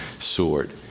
sword